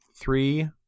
Three